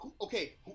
okay